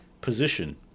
position